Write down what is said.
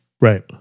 Right